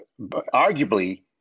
arguably